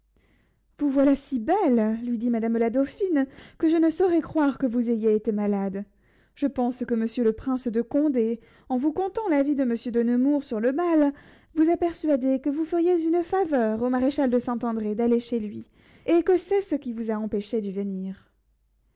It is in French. vous voilà si belle lui dit madame la dauphine que je ne saurais croire que vous ayez été malade je pense que monsieur le prince de condé en vous contant l'avis de monsieur de nemours sur le bal vous a persuadée que vous feriez une faveur au maréchal de saint-andré d'aller chez lui et que c'est ce qui vous a empêchée d'y venir